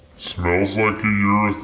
smells like